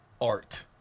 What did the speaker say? art